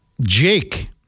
Jake